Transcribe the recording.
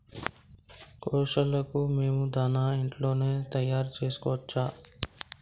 కోళ్లకు మేము దాణా ఇంట్లోనే తయారు చేసుకోవచ్చా?